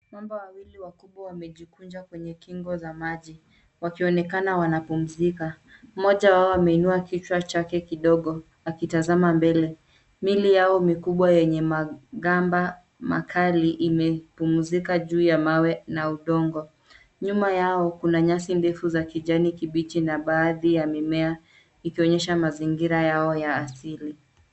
Mamba wawili wakubwa wamejikunja kwenye kingo za maji wakionekana wanapumzika. Mmoja wao ameinua kichwa chake kidogo akitazama mbele. Mili yao mikibwa yenye magamba makali imepumzika juu ya mawe na udongo. Nyuma yao kuna nyasi ndefu za kijani kibichi na baadhi ya mimea ikionyesha mazingira yao ya asili.